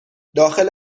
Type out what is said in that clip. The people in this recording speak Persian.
داخل